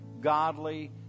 godly